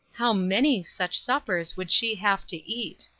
how many such suppers would she have to eat!